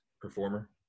performer